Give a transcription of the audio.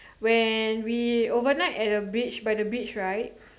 when we overnight at the beach by the beach right